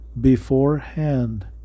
beforehand